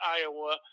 Iowa